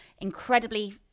incredibly